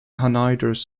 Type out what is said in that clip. anhydrous